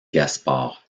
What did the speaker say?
gaspard